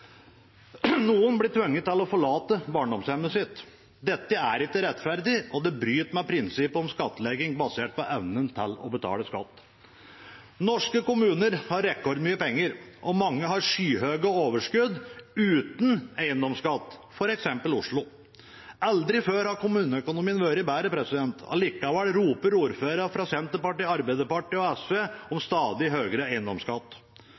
Noen blir tvunget til å forlate barndomshjemmet sitt. Dette er ikke rettferdig, og det bryter med prinsippet om skattlegging basert på evnen til å betale skatt. Norske kommuner har rekordmye penger, og mange har skyhøye overskudd uten eiendomsskatt, f.eks. Oslo. Aldri før har kommuneøkonomien vært bedre. Allikevel roper ordførere fra Senterpartiet, Arbeiderpartiet og SV om stadig høyere eiendomsskatt.